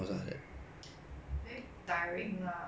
like it w~ if wer~ it was a physical camp